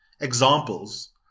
examples